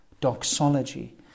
doxology